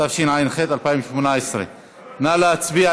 התשע"ח 2018. נא להצביע.